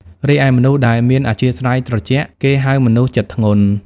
រីឯមនុស្សដែលមានអធ្យាស្រ័យត្រជាក់ គេហៅមនុស្សចិត្តធ្ងន់ ។